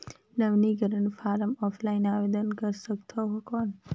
नवीनीकरण form offline आवेदन कर सकत हो कौन?